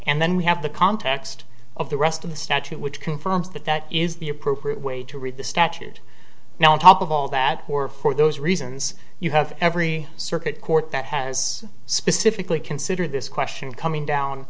and then we have the context of the rest of the statute which confirms that that is the appropriate way to read the statute now on top of all that were for those reasons you have every circuit court that has specifically considered this question coming down